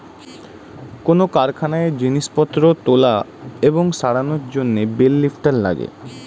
কোন কারখানায় জিনিসপত্র তোলা এবং সরানোর জন্যে বেল লিফ্টার লাগে